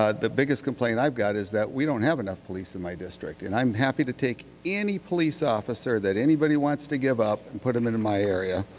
ah the biggest complaint i've got is that we don't have enough police in my district and i'm happy to take any police officer that anybody wants to give up and put them in in my area.